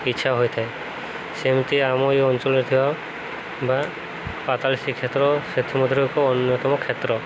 ଇଚ୍ଛା ହୋଇଥାଏ ସେମିତି ଆମ ଏଇ ଅଞ୍ଚଳରେ ଥିବା ବା ପାତାଳି ଶ୍ରୀ କ୍ଷେତ୍ର ସେଥିମଧ୍ୟରୁ ଏକ ଅନ୍ୟତମ କ୍ଷେତ୍ର